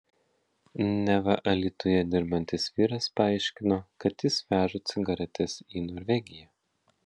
neva alytuje dirbantis vyras paaiškino kad jis veža cigaretes į norvegiją